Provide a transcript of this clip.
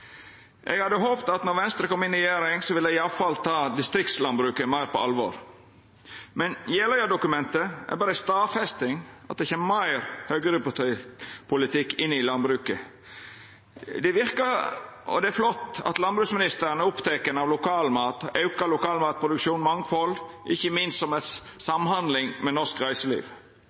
Eg hadde håpt at når Venstre kom inn i regjering, ville dei iallfall ta distriktslandbruket meir på alvor. Men Jeløya-dokumentet er berre ei stadfesting av at det kjem meir høgrepolitikk inn i landbruket. Det er flott at landbruksministeren er oppteken av lokalmat, auka lokalmatproduksjon og mangfald, ikkje minst som ei samhandling med norsk reiseliv.